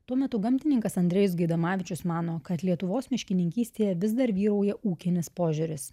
tuo metu gamtininkas andrejus gaidamavičius mano kad lietuvos miškininkystėje vis dar vyrauja ūkinis požiūris